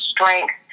strength